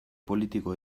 politiko